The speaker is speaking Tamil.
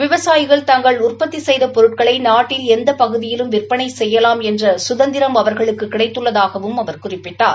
விவசாயிகள் தாங்கள் உற்பத்தி செய்த பொருட்களை நாட்டில் எந்த பகுதியிலும் விற்பளை செய்யலாம் என்ற குதந்திரம் அவர்களுக்கு கிடைத்துள்ளதாகவும் அவர் குறிப்பிட்டார்